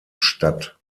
statt